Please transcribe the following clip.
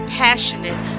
passionate